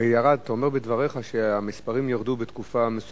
הרי אתה אומר בדבריך שהמספרים ירדו בתקופה מסוימת.